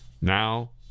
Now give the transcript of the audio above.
Now